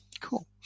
Cool